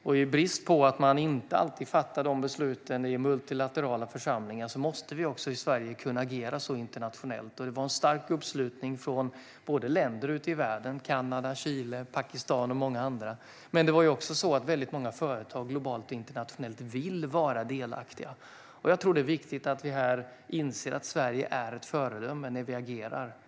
Med tanke på att man inte alltid fattar de besluten i multilaterala församlingar måste vi i Sverige kunna agera internationellt. Det var en stark uppslutning från länder ute i världen: Kanada, Chile, Pakistan och många andra. Men även många företag, globalt och internationellt, vill vara delaktiga, och jag tror att det är viktigt att vi inser att Sverige är ett föredöme när vi agerar.